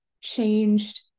changed